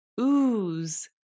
ooze